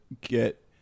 get